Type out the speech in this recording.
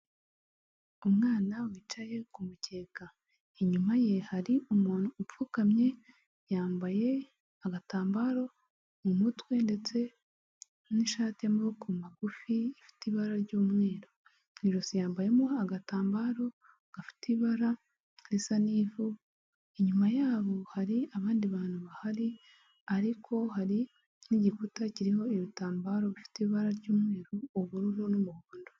Umwana wicaye ku mukeka inyuma ye hari umuntu upfukamye yambaye agatambaro mu mutwe ndetse n'ishati y'amaboko magufi ifite ibara ry'umweru n'ijosi yambayemo agatambaro gafite ibara risa n'ivu inyuma yabo hari abandi bantu bahari ariko hari n'igikuta kiririmo ibitambaro bifite ibara ry'umweru ubururu n'umuhondo.